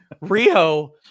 Rio